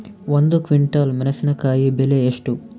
ಒಂದು ಕ್ವಿಂಟಾಲ್ ಮೆಣಸಿನಕಾಯಿ ಬೆಲೆ ಎಷ್ಟು?